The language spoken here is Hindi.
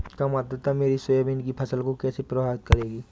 कम आर्द्रता मेरी सोयाबीन की फसल को कैसे प्रभावित करेगी?